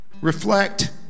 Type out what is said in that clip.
Reflect